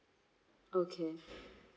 okay